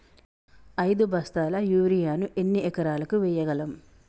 ఐదు బస్తాల యూరియా ను ఎన్ని ఎకరాలకు వేయగలము?